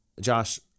Josh